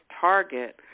target